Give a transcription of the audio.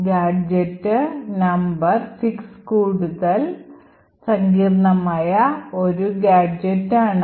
gadget number 6 കൂടുതൽ സങ്കീർണ്ണമായ ഒരു ഒരു gadget ആണ്